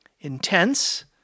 intense